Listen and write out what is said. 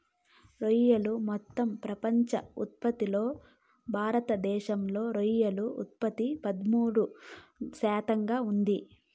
రొయ్యలు మొత్తం ప్రపంచ ఉత్పత్తిలో భారతదేశంలో రొయ్యల ఉత్పత్తి పదమూడు శాతంగా ఉంది